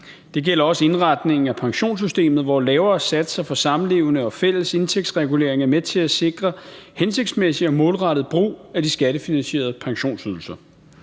Det gælder også indretningen af pensionssystemet, hvor lavere satser for samlevende og fælles indtægtsregulering er med til at sikre en hensigtsmæssig og målrettet brug af de skattefinansierede pensionsydelser.